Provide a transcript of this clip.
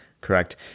Correct